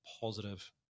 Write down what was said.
positive